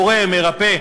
מורה ומרפא.